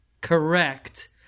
Correct